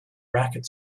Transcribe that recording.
racket